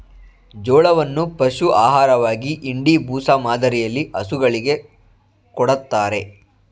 ಜೋಳವನ್ನು ಪಶು ಆಹಾರವಾಗಿ ಇಂಡಿ, ಬೂಸ ಮಾದರಿಯಲ್ಲಿ ಹಸುಗಳಿಗೆ ಕೊಡತ್ತರೆ